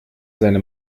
seine